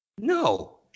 No